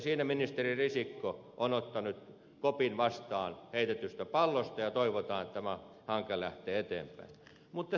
siinä ministeri risikko on ottanut kopin vastaan heitetystä pallosta ja toivotaan että tämä hanke lähtee eteenpäin